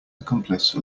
accomplice